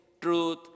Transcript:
truth